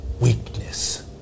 weakness